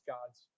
God's